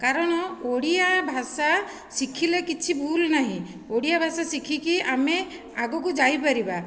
କାରଣ ଓଡ଼ିଆ ଭାଷା ଶିଖିଲେ କିଛି ଭୁଲ ନାହିଁ ଓଡ଼ିଆ ଭାଷା ଶିଖିକି ଆମେ ଆଗକୁ ଯାଇପାଇବା